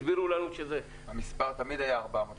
הסבירו לנו שזה --- המספר תמיד היה 400 מיליון.